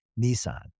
Nissan